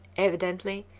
evidently,